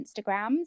instagrams